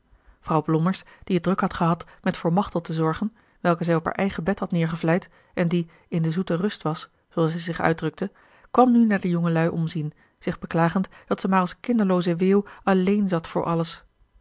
vrouw blommers die het druk had gehad met voor machteld te zorgen welke zij op haar eigen bed had neêrgevlijd en die in de zoete rust was zooals zij zich uitdrukte kwam nu naar de jongeluî omzien zich beklagend dat ze maar als kinderlooze weeûw alleen zat voor alles